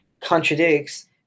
contradicts